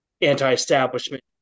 anti-establishment